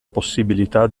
possibilità